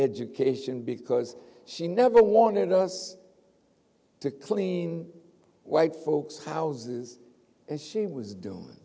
education because she never wanted us to clean white folks houses as she was doing